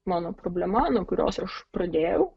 mano problema nuo kurios aš pradėjau